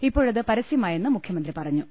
ഇപ്പോഴത് പരസ്യമായെന്ന് മുഖ്യമന്ത്രി പറഞ്ഞു